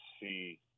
see